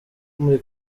muri